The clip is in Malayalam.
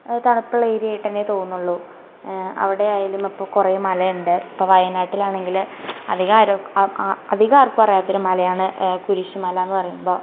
തണുപ്പുള്ളേര്യായിട്ട് തന്നേ തോന്നുള്ളു അവിടെയായാലും അപ്പം കുറെ മലയുണ്ട് ഇപ്പം വയനാട്ടിലാണെങ്കിൽ അധികവാരോ അധികം ആർക്കും അറിയാത്തൊരു മലയാണ് കുരിശ്ശിമലാന്ന് പറയുമ്പോൾ